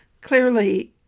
clearly